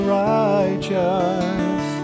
righteous